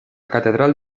catedral